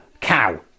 cow